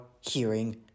hearing